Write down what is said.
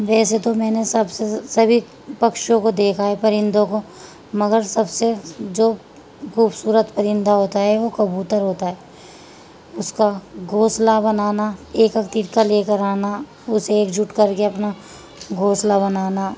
ویسے تو میں نے سب سے سبھی پکشیوں کو دیکھا ہے پرندوں کو مگر سب سے جو خوبصورت پرندہ ہوتا ہے وہ کبوتر ہوتا ہے اس کا گھونسلہ بنانا ایک ایک تنکا لے کر آنا اسے ایک جٹ کر کے اپنا گھونسلہ بنانا